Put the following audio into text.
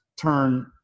turn